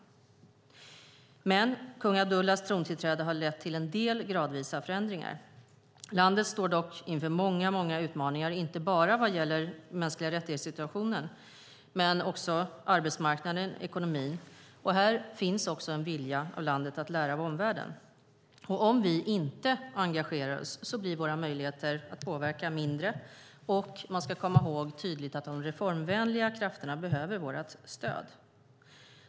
Kung Abdullahs trontillträde har lett till en del gradvisa förändringar. Landet står dock inför många utmaningar vad gäller inte bara situationen för mänskliga rättigheter utan också arbetsmarknaden och ekonomin. Här finns en vilja i landet att lära av omvärlden. Om vi inte engagerar oss blir våra möjligheter att påverka mindre. Man ska komma ihåg tydligt att de reformvänliga krafterna behöver vårt stöd.